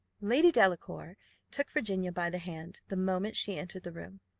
lady delacour took virginia by the hand, the moment she entered the room.